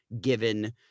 given